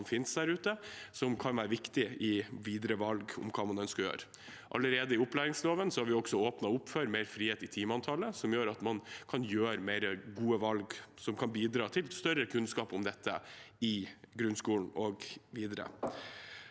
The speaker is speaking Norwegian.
som finnes der ute, som kan være viktig i videre valg om hva man ønsker å gjøre. Allerede i opplæringsloven har vi åpnet for mer frihet i timeantallet, noe som gjør at man kan gjøre bedre valg, og som kan bidra til større kunnskap om dette i grunnskolen og videre.